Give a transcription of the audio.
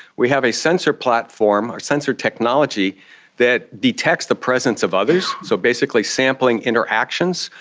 we have a sensor platform, sensor technology that detects the presence of others, so basically sampling interactions.